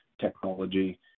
technology